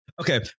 okay